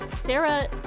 Sarah